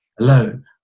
alone